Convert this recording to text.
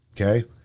Okay